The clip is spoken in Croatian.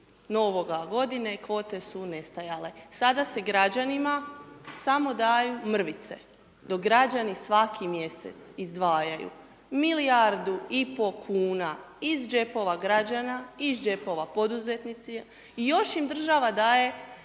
novoga godine, kvote su nestajale. Sada se građanima samo daju mrvice, dok građani svaki mjesec izdvajaju milijardi i pol kuna iz džepova građana, iz džepova poduzetnici, i još im država daje